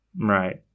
Right